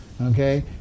Okay